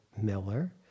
Miller